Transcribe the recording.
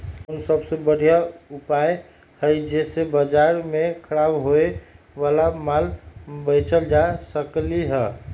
कोन सबसे बढ़िया उपाय हई जे से बाजार में खराब होये वाला माल बेचल जा सकली ह?